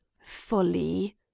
folly